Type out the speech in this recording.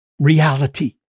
reality